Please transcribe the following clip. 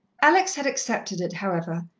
alex had accepted however,